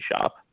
shop